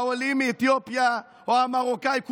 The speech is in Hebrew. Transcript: העולים מאתיופיה או המרוקאים,